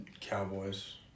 Cowboys